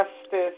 justice